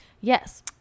Yes